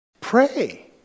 Pray